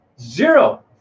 zero